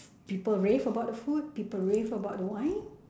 people rave about the food people rave about the wine